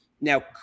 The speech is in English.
Now